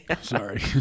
Sorry